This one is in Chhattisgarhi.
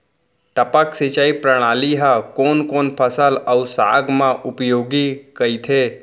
टपक सिंचाई प्रणाली ह कोन कोन फसल अऊ साग म उपयोगी कहिथे?